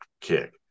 kick